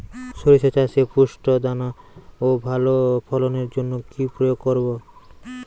শরিষা চাষে পুষ্ট দানা ও ভালো ফলনের জন্য কি প্রয়োগ করব?